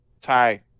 Ty